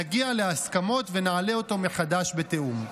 נגיע להסכמות ונעלה אותו מחדש בתיאום.